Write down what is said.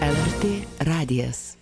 lrt radijas